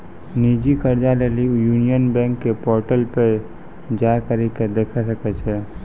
निजी कर्जा लेली यूनियन बैंक के पोर्टल पे जाय करि के देखै सकै छो